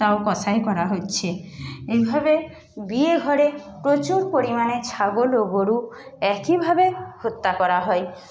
তাও কসাই করা হচ্ছে এইভাবে বিয়ে ঘরে প্রচুর পরিমাণে ছাগল ও গরু একইভাবে হত্যা করা হয়